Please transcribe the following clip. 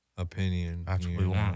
Opinion